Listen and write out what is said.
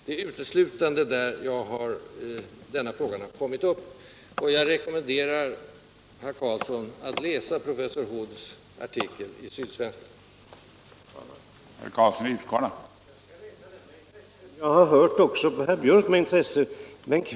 Det är uteslutande från den synpunkten jag har berört denna fråga, och jag rekommenderar herr Karlsson att läsa professor Hoods artikel i Sydsvenska Dagbladet.